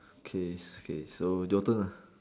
okay okay so your turn lah